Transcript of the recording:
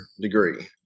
degree